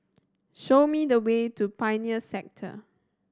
show me the way to Pioneer Sector